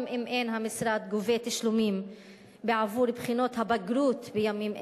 גם אם אין המשרד גובה תשלומים בעבור בחינות הבגרות בימים אלה,